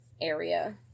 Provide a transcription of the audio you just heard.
area